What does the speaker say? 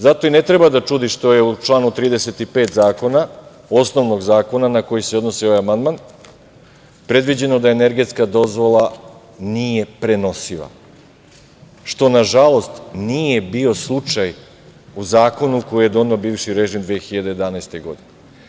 Zato i ne treba da čudi što je u članu 35. osnovnog zakona na koji se odnosi ovaj amandman predviđeno da energetska dozvola nije prenosiva, što nažalost nije bio slučaj u zakonu koji je doneo bivši režim 2011. godine.